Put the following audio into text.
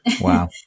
Wow